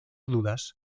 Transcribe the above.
dudas